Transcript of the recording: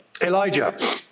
Elijah